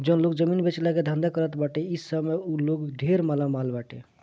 जउन लोग जमीन बेचला के धंधा करत बाटे इ समय उ लोग ढेर मालामाल बाटे